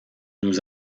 nous